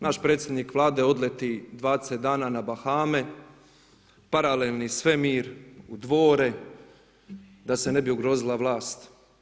Naš predsjednik Vlade odleti 20 dana na Bahame, paralelni svemir, u dvore da se ne bi ugrozila vlast.